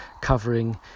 covering